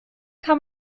kann